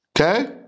Okay